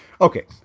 Okay